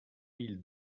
mille